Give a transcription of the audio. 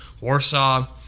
Warsaw